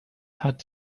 hat